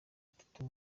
atatu